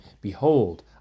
Behold